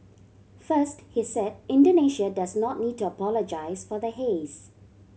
first he said Indonesia does not need to apologise for the haze